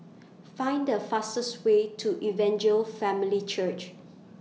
Find The fastest Way to Evangel Family Church